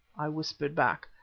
i whispered back,